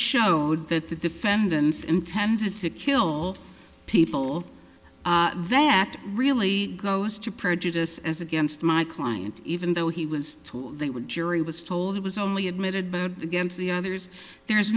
showed that the defendants intended to kill people that really goes to prejudice as against my client even though he was told they would jury was told he was only admitted against the others there's